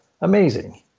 amazing